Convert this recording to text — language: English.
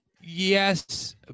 yes